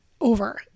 over